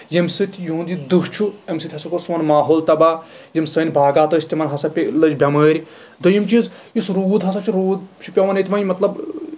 ییٚمہِ سۭتۍ یِہُنٛد یہِ دُہ چھُ اَمہِ سۭتۍ ہسا گوٚو سون ماحول تباہ یِم سٲنۍ باغات ٲسۍ تِمن ہسا لٔجۍ بیٚمٲر دوٚیُم چیٖز یُس روٗد ہسا چھُ روٗد چھُ پیوان ییٚتہِ وۄنۍ مطلب